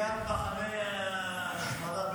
ליד מחנה ההשמדה ברגן-בלזן.